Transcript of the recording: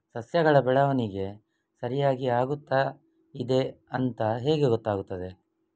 ಸಸ್ಯಗಳ ಬೆಳವಣಿಗೆ ಸರಿಯಾಗಿ ಆಗುತ್ತಾ ಇದೆ ಅಂತ ಹೇಗೆ ಗೊತ್ತಾಗುತ್ತದೆ?